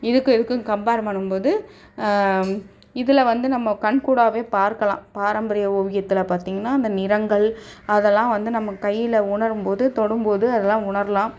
இதுக்கும் இதுக்கும் கம்பேர் பண்ணும் போது இதில் வந்து நம்ம கண்கூடாவே பார்க்கலாம் பாரம்பரிய ஓவியத்தில் பார்த்தீங்கன்னா அந்த நிறங்கள் அதெல்லாம் வந்து நமக்கு கையில் உணரும்போது தொடும் போது அதெல்லாம் உணரலாம்